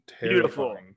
Beautiful